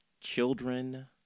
children